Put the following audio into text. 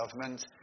government